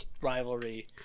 rivalry